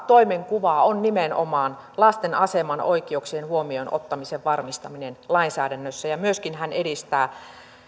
toimenkuva on nimenomaan lasten aseman oikeuksien huomioonottamisen varmistaminen lainsäädännössä ja hän myöskin edistää